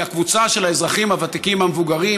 הקבוצה של האזרחים הוותיקים המבוגרים,